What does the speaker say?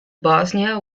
bosnia